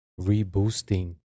reboosting